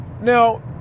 Now